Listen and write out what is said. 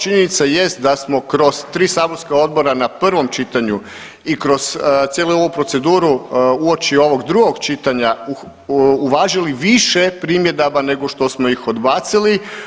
Činjenica jest da smo kroz tri saborska odbora na prvom čitanju i kroz cijelu ovu proceduru uoči ovog drugog čitanja uvažili više primjedaba nego što smo ih odbacili.